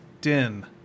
Din